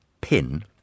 pin